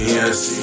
Yes